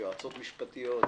יועצות משפטיות,